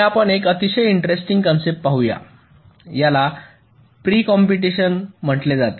पुढे आपण एक अतिशय इंटरेस्टिंग कन्सेप्ट पाहूया याला प्री कंप्यूटेशन म्हटले जाते